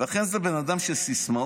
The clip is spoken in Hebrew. לכן זה בן אדם של סיסמאות.